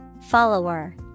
Follower